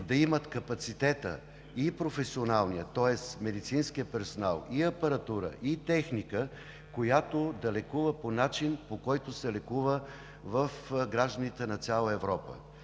да имат професионалния капацитет, тоест медицински персонал, апаратура и техника, която да лекува по начин, по който се лекуват гражданите на цяла Европа.